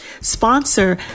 sponsor